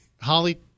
Holly